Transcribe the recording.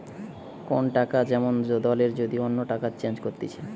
কোন টাকা যেমন দলের যদি অন্য টাকায় চেঞ্জ করতিছে